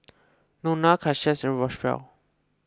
Nona Cassius and Roswell